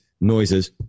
noises